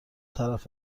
طرف